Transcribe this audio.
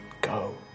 go